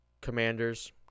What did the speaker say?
Commanders